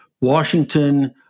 Washington